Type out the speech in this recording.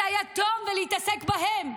ואת היתום, ולהתעסק בהם,